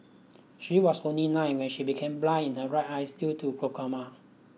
she was only nine when she became blind in her right eyes due to glaucoma